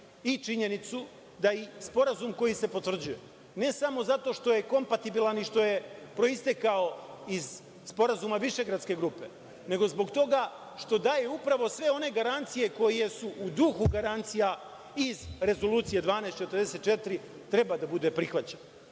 i činjenicu da i sporazum koji se potvrđuje, ne samo zato što je kompatibilan i što je proistekao iz sporazuma višegradske grupe, nego zbog toga što daje upravo sve one garancije koje su u duhu garancije iz Rezolucije 1244, treba da bude prihvaćen.